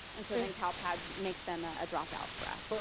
and so then calpads, makes them a drop out for us.